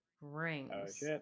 Rings